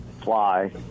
fly